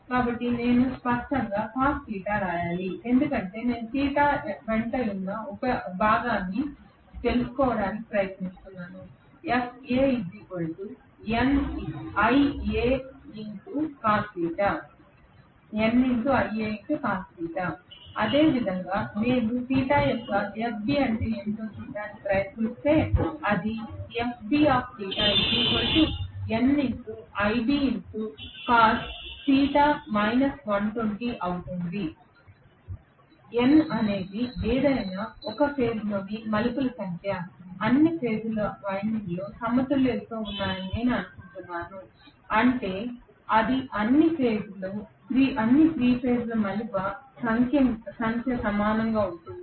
కాబట్టి నేను స్పష్టంగా రాయాలి ఎందుకంటే నేను θ వెంట ఉన్న భాగాన్ని తెలుసుకోవడానికి ప్రయత్నిస్తున్నాను అదేవిధంగా నేను θ యొక్క FB అంటే ఏమిటో చూడటానికి ప్రయత్నిస్తే అది అవుతుంది N అనేది ఏదైనా ఒక ఫేజ్ోని మలుపుల సంఖ్య అన్ని 3 ఫేజ్ వైండింగ్లు సమతుల్యతతో ఉన్నాయని నేను అనుకుంటున్నాను అంటే అన్ని 3 ఫేజ్లో మలుపుల సంఖ్య సమానంగా ఉంటుంది